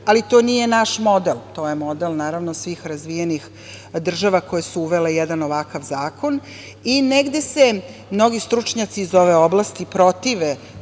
ali to nije naš model, to je model svih razvijenih država koje su uvele jedan ovakav zakon i negde se mnogi stručnjaci iz ove oblasti protive